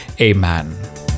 amen